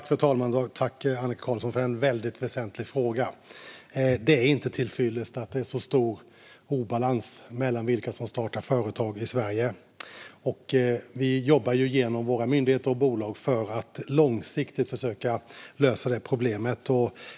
Fru talman! Jag tackar Annika Qarlsson för en mycket väsentlig fråga. Det är inte till fyllest att det är så stor obalans mellan vilka som startar företag i Sverige. Vi jobbar genom våra myndigheter och bolag för att långsiktigt försöka lösa problemet.